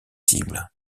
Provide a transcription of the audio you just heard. cibles